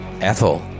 Ethel